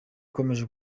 ukomeje